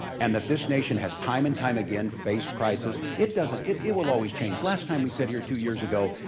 and that this nation has time and time again faced crisis. it doesn't, it it will always change. last time we set here two years ago,